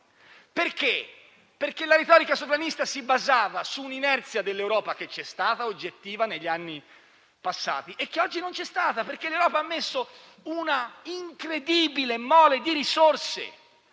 Perché? Perché la retorica sovranista si basava su un'inerzia dell'Europa, che c'è stata oggettivamente negli anni passati, e che oggi non c'è stata, perché l'Europa ha messo una incredibile mole di risorse,